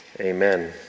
amen